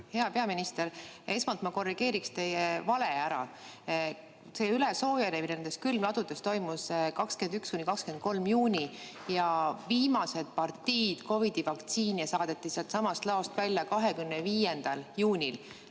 Hea peaminister! Esmalt ma korrigeeriksin teie vale ära. See ülesoojenemine nendes külmladudes toimus 21.–23. juunil ja viimased partiid COVID-i vaktsiini saadeti sellestsamast laost välja 25. juunil.